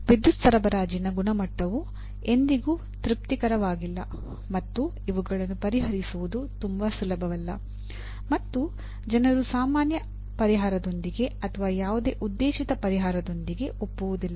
ವಿದ್ಯುತ್ ಸರಬರಾಜಿನ ಗುಣಮಟ್ಟವು ಎಂದಿಗೂ ತೃಪ್ತಿಕರವಾಗಿಲ್ಲ ಮತ್ತು ಇವುಗಳನ್ನು ಪರಿಹರಿಸುವುದು ತುಂಬಾ ಸುಲಭವಲ್ಲ ಮತ್ತು ಜನರು ಸಾಮಾನ್ಯ ಪರಿಹಾರದೊಂದಿಗೆ ಯಾವುದೇ ಉದ್ದೇಶಿತ ಪರಿಹಾರದೊಂದಿಗೆ ಒಪ್ಪುವುದಿಲ್ಲ